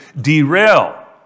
derail